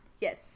Yes